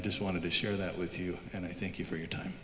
i just wanted to share that with you and i think you for your time